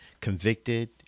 convicted